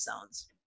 zones